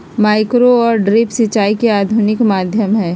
micro और drip सिंचाई के आधुनिक माध्यम हई